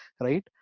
right